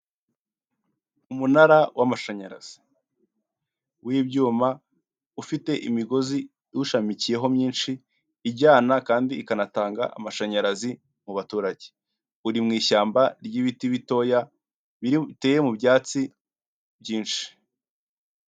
Umunara w'amashanyarazi w'ibyuma ufite imigozi uwushamikiyeho myinshi, ijyana kandi ikanatanga amashanyarazi mu baturage uri mw' ishyamba ry'ibiti bitoya biteye mu byatsi byinshi.